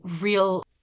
real